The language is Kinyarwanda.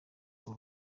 urwo